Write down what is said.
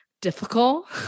difficult